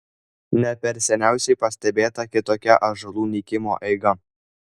ne per seniausiai pastebėta kitokia ąžuolų nykimo eiga